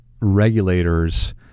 regulators